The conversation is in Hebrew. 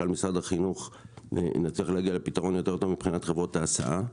משרד החינוך נצליח להגיע לפתרון יותר טוב מבחינת חברות ההסעה,